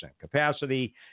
capacity